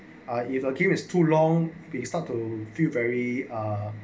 ah if a queue is too long will start to feel very ah